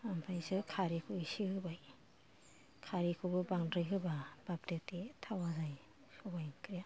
ओमफ्रायसो खारैखौ एसे होबाय खारैखौबो बांद्राय होबा बाबदे दे थावा जायो सबाइ ओंख्रिया